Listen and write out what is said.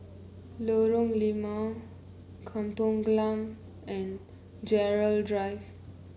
Lorong Limau Kampong Glam and Gerald Drive